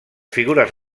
figures